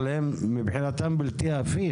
אבל מבחינתם זה בלתי הפיך.